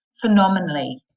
phenomenally